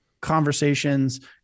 conversations